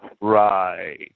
Right